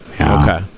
Okay